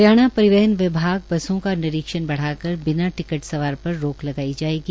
हरियाणा परिवहन विभाग बसों का निरीक्षण बढ़ाकर बिना टिकट सवार पर रोक लगाई जायेगी